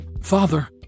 Father